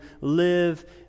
live